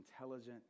intelligent